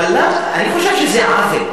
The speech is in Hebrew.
אני חושב שזה עוול,